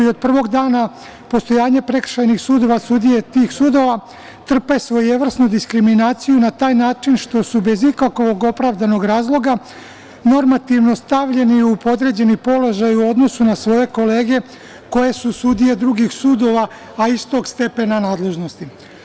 Od prvog dana postojanja prekršajnih sudova sudije tih sudova trpe svojevrsnu diskriminaciju na taj način što su bez ikakvog opravdanog razloga normativno stavljeni u podređeni položaj u odnosu na svoje kolege koje su sudije drugih sudova, a istog stepena nadležnosti.